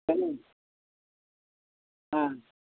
ம் ஆ